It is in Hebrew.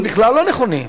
האחוזים בכלל לא נכונים.